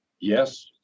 yes